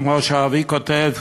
כמו שאבי כותב: